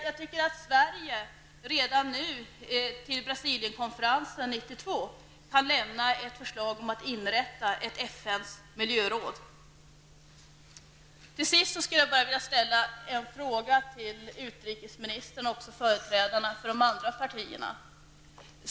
Jag tycker att Sverige redan nu inför Brasilienkonferensen 1992 kan lämna förslag om att inrätta ett FNs miljöråd. Till sist skulle jag vilja ställa en fråga till utrikesministern och även till företrädarna för de andra partierna.